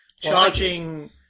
charging